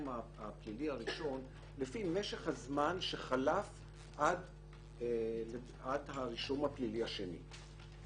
הפלילי הראשון לפי משך הזמן שחלף עד הרישום הפלילי השני.